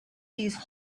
these